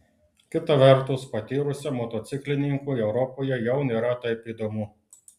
kita vertus patyrusiam motociklininkui europoje jau nėra taip įdomu